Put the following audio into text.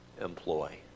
employ